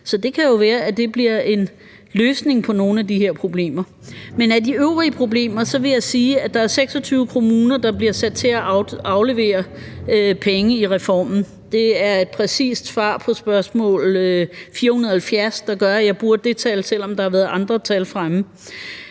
Det kan jo være, at det bliver en løsning på nogle af de her problemer. Men med hensyn til de øvrige problemer vil jeg sige, at der er 26 kommuner, der bliver sat til at aflevere penge i reformen. Det er et præcist svar på spørgsmål 470, der gør, at jeg bruger det tal, selv om der har været andre tal fremme.